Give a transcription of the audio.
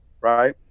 right